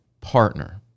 partner